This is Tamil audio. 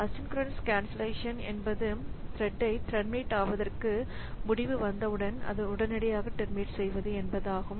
அசின்கொரோனஸ் கன்சல்லேஷன் என்பது த்ரெட்டை டெர்மினேட் ஆவதற்கான முடிவு வந்தவுடன் அது உடனடியாக டெர்மினேட் செய்வது என்பதாகும்